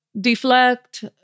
deflect